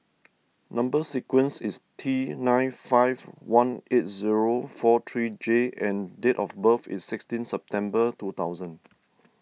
Number Sequence is T nine five one eight zero four three J and date of birth is sixteen September two thousand